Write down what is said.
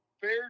fair